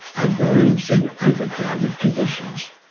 and those in overcrowded conditions.